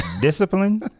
Discipline